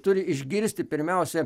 turi išgirsti pirmiausia